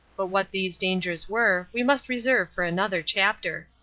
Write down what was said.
but what these dangers were, we must reserve for another chapter.